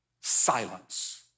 silence